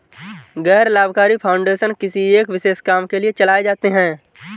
गैर लाभकारी फाउंडेशन किसी एक विशेष काम के लिए चलाए जाते हैं